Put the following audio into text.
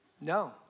No